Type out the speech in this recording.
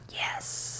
yes